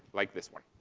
like this one.